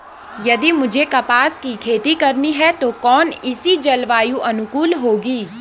यदि मुझे कपास की खेती करनी है तो कौन इसी जलवायु अनुकूल होगी?